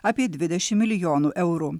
apie dvidešim milijonų eurų